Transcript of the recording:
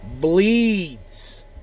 bleeds